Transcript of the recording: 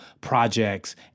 projects